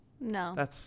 No